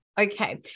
Okay